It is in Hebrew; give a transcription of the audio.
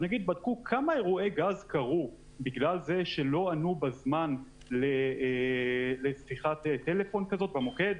אז בדקו כמה אירועי גז קרו בגלל שלא ענו בזמן לשיחת טלפון כזאת במוקד?